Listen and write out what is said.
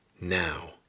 Now